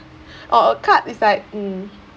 oh a cut is like mm